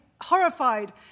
horrified